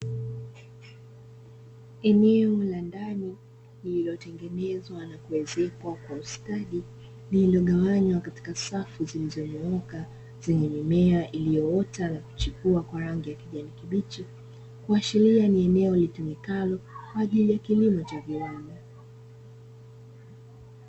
Eneo la ndani lililotengenezwa na kuezekwa kwa ustadi liliogawanywa katika safu zilizonyooka, zenye mimea inayoota na kuchipua kwa rangi ya kijani kibichi. Kuashiria ni eneo litumikayo kwa ajili ya kilimo cha viwanda.